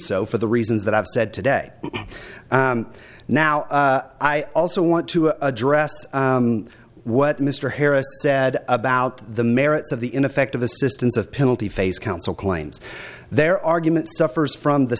so for the reasons that i've said today now i also want to address what mr harris said about the merits of the ineffective assistance of penalty phase counsel claims their argument suffers from the